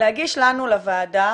להגיש לוועדה,